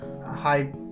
Hi